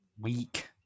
Weak